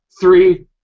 Three